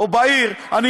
בגלל זה,